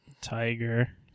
Tiger